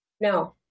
No